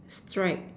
stripe